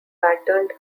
patterned